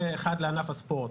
זה אחד לענף הספורט.